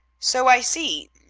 so i see.